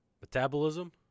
Metabolism